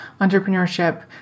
entrepreneurship